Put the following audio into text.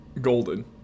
golden